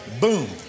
Boom